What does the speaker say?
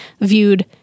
viewed